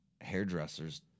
hairdresser's